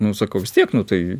nu sakau vis tiek nu tai